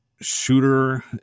shooter